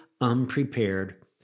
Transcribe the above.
unprepared